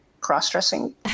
cross-dressing